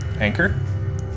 Anchor